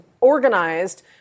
organized